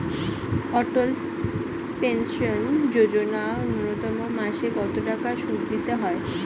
অটল pension Yojana ন্যূনতম মাসে কত টাকা সুধ দিতে হয়?